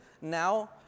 now